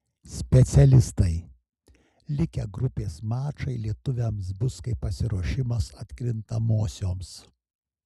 specialistai likę grupės mačai lietuviams bus kaip pasiruošimas atkrintamosioms